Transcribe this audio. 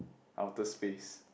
outer space